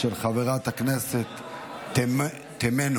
של חברת הכנסת תמנו.